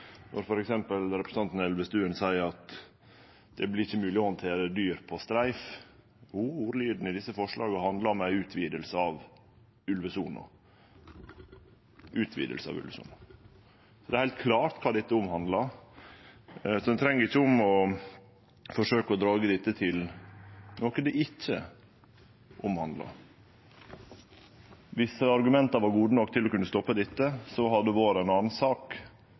representanten Elvestuen at det ikkje vert mogleg å handtere dyr på streif. Jo, ordlyden i desse forslaga handlar om ei utviding av ulvesona. Det er heilt klart kva dette omhandlar, så ein treng ikkje forsøkje å dra dette til noko det ikkje omhandlar. Dersom argumenta hadde vore gode nok til å kunne stoppe dette, hadde det vore ei anna sak,